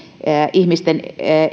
ihmisten